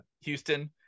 Houston